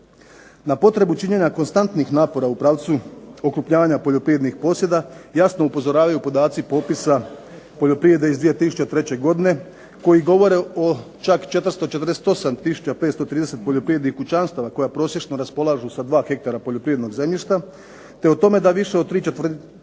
Na potrebu činjenja konstantnih napora u pravcu okrupnjavanja poljoprivrednih posjeda jasno upozoravaju podaci popisa poljoprivrede iz 2003. godine koji govore o čak 448 tisuća 530 poljoprivrednih kućanstava koja prosječno raspolažu sa 2 hektara poljoprivrednog zemljišta, te o tome da više od tri